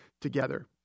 together